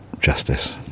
justice